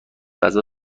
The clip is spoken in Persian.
غذا